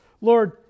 Lord